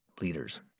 leaders